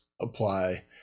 apply